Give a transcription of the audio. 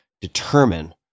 determine